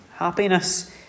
Happiness